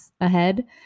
ahead